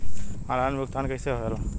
Online भुगतान कैसे होए ला?